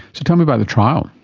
so tell me about the trial.